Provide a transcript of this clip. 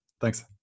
Thanks